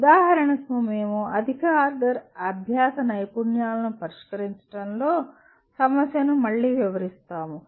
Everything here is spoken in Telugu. ఉదాహరణకు మేము అధిక ఆర్డర్ అభ్యాస నైపుణ్యాలను పరిష్కరించడంలో సమస్యను మళ్ళీ వివరిస్తాము